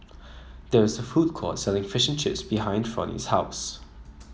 there is a food court selling Fishing Chips behind Fronie's house